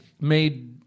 made